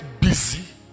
busy